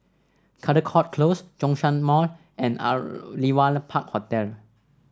Caldecott Close Zhongshan Mall and Aliwal Park Hotel